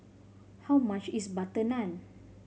how much is butter naan